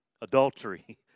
adultery